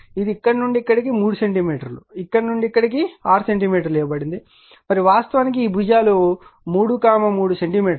ఇది ఇక్కడ నుండి ఇక్కడికి 3 సెంటీమీటర్లు ఇక్కడి నుండి ఇక్కడకు 6 సెంటీమీటర్లు ఇవ్వబడింది మరియు వాస్తవానికి ఈ భుజాలు 3 3 సెంటీమీటర్లు